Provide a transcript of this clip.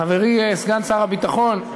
חברי סגן שר הביטחון,